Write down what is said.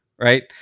Right